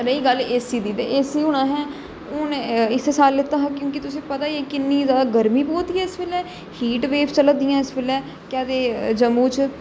रेही गल्ल एसी दी ते एसी हून असें हून इस साल तक असें क्योंकि तुसें गी पता गै एह किन्नी ज्यादा गर्मी पवा दी ऐ इसलै हीट बेव चला दी इस बेल्लै केह् आखदे जम्मू च